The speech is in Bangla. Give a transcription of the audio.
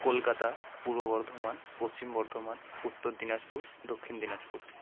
কলকাতা পূর্ব বর্ধমান পশ্চিম বর্ধমান উত্তর দিনাজপুর দক্ষিণ দিনাজপুর